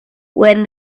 when